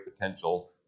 potential